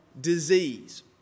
Disease